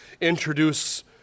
introduce